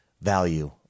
value